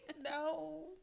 No